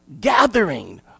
gathering